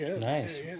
nice